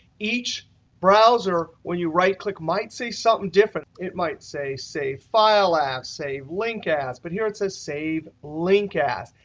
each browser, when you right click, might say something different. it might say save file as, save link as, but here it says save link as.